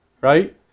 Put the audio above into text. right